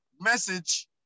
message